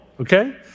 okay